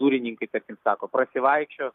durininkai tarkim sako prasivaikščio